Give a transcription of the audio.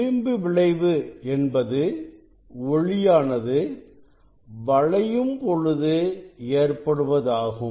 விளிம்பு விளைவு என்பது ஒளியானது வளையும் பொழுது ஏற்படுவதாகும்